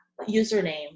username